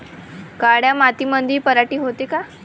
काळ्या मातीमंदी पराटी होते का?